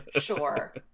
Sure